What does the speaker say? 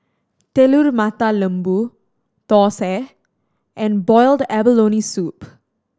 Telur Mata Lembu thosai and boiled abalone soup